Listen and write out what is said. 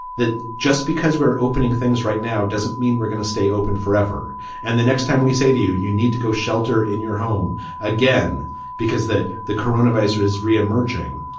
that just because we're opening things right now doesn't mean we're going to stay open forever and the next time we say to you, you need to go shelter in your home again because that the corona viser is reemerging.